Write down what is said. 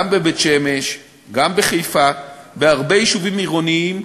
גם בבית-שמש, גם בחיפה, בהרבה יישובים עירוניים,